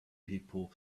people